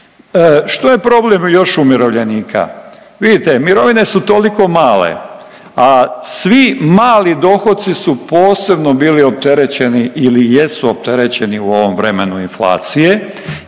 Što je problem još umirovljenika? Vidite, mirovine su toliko male, a svi mali dohoci su posebno bili opterećeni ili jesu opterećeni u ovom vremenu inflacije